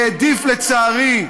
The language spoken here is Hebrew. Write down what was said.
העדיף, לצערי,